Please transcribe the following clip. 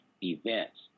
events